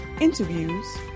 interviews